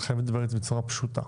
את חייבת לדבר איתי בצורה פשוטה.